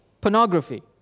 pornography